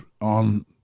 on